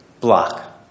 Block